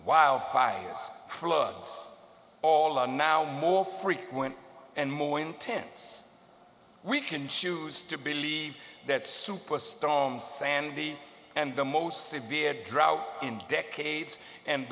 wildfires krug's all are now more frequent and more intense we can choose to believe that superstorm sandy and the most severe drought in decades and